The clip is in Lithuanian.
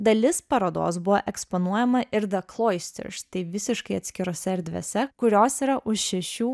dalis parodos buvo eksponuojama ir tai visiškai atskirose erdvėse kurios yra už šešių